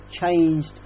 changed